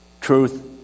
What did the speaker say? truth